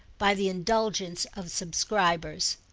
by the indulgence of subscribers.